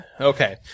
Okay